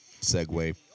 segue